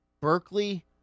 Berkeley